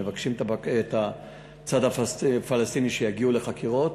מבקשים מהצד הפלסטיני שיגיעו לחקירות.